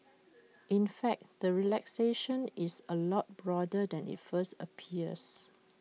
in fact the relaxation is A lot broader than IT first appears